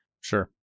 Sure